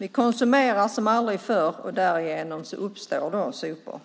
Vi konsumerar som aldrig förr, och därigenom uppstår sopor.